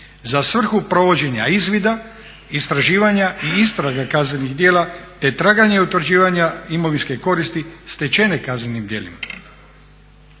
za svrhu provođenja izvida, istraživanja i istraga kaznenih djela kao i traganje i utvrđivanje imovinske koristi stečene kaznenim djelima.